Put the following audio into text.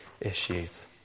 issues